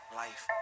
life